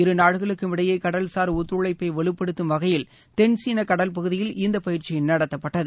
இருநாடுகளுக்கும் இடையே கடல்சார் ஒத்துழைப்பை வலுப்படுத்தும் வகையில் தென்சீன கடல் பகுதியில் இந்த பயிற்சி நடத்தப்பட்டது